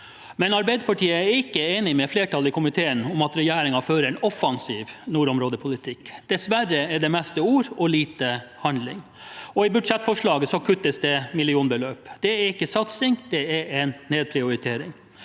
Men Arbeiderpartiet er ikke enig med flertallet i komiteen i at regjeringen fører en offensiv nordområdepolitikk. Dessverre er det mest ord og lite handling. I budsjettforslaget kuttes det millionbeløp. Det er ikke satsing, det er en nedprioritering.